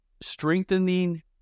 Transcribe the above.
strengthening